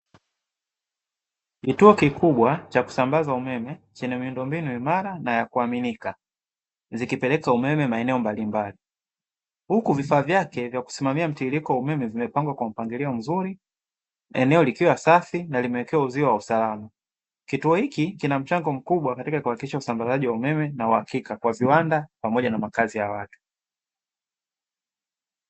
Kituo kikubwa cha kusambaza umeme chenye miundombinu imara na ya kuaminika, zikipeleka umeme maeneo mbalimbali, huku vifaa vyake vya kusimamia mtiririko umeme vimepangwa kwa mpangilio mzuri, eneo likiwa safi na limewekewa uzio wa usalama, kituo hiki kina mchango mkubwa katika kuhakikisha usambazaji wa umeme na wa uhakika kwa viwanda pamoja na makazi ya watu.